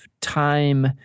time